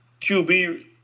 QB